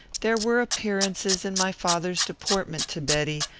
there were appearances in my father's deportment to betty,